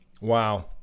Wow